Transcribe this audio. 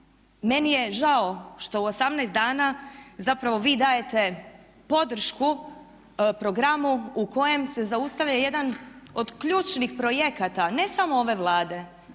Meni je žao što u 18 dana zapravo vi dajete podršku programu u kojem se zaustavlja jedan od ključnih projekata ne samo ove Vlade,